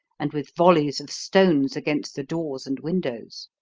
and with volleys of stones against the doors and windows.